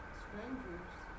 strangers